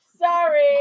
Sorry